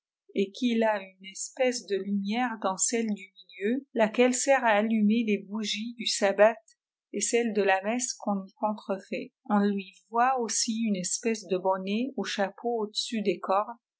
et qu'il a une espa dff mihû dans celle du milieu laquelle sert a allumé les bougies du sabat et celles de la messe qu'on y contrefait on lui it ww une espèce de bonnet ou chapeau au desua d